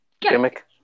gimmick